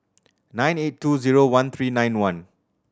nine eight two zero one three nine one